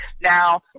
now